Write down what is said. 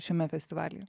šiame festivalyje